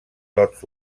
dots